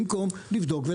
במקום לבדוק ולעשות.